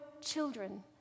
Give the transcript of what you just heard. children